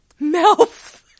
Melf